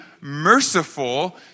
merciful